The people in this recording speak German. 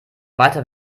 weiter